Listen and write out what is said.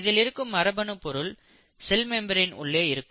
இதிலிருக்கும் மரபுப் பொருள் cell membrane உள்ளே இருக்கும்